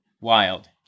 wild